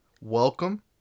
welcome